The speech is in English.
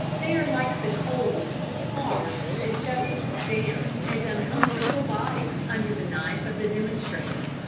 they are like the cold, hard, dishevelled, damp, and uncomfortable body under the knife of the demonstrator,